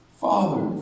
Father